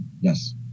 Yes